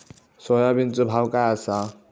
सोयाबीनचो भाव काय आसा?